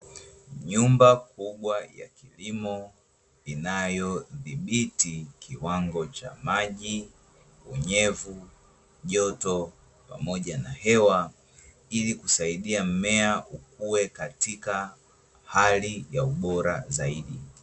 Nyumba kubwa ya kilimo inayo dhibiti kiwango cha maji, unyevu, joto pamoja na hewa ili kusaidia mmea ukue katika hali ya ubora zaidi.